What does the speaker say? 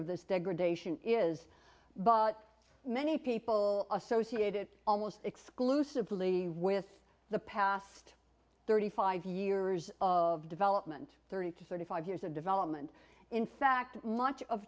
of this degradation is but many people associate it almost exclusively with the past thirty five years of development thirty to thirty five years of development in fact much of